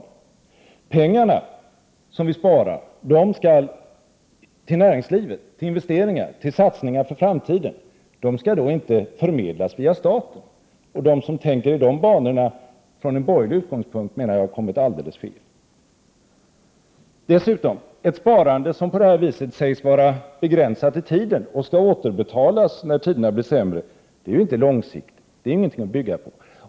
De pengar vi sparar bör gå till näringslivet, till investeringar, till satsningar för framtiden och inte förmedlas via staten. De som tänker i dessa banor från en borgerlig utgångspunkt har enligt min mening hamnat alldeles fel. Ett sparande som på detta sätt sägs vara begränsat i tiden och skall återbetalas när tiderna blir sämre är inte långsiktigt, det är ingenting att bygga på.